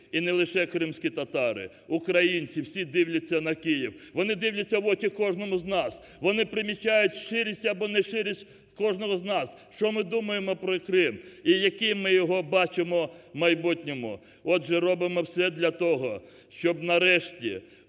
і не лише кримські татари, українці – всі дивляться на Київ. Вони дивляться в очі кожному з нас, вони примічають щирість або нещирість кожного з нас, що ми думаємо про Крим і яким ми його бачимо в майбутньому. Отже, робимо все для того, щоб, нарешті,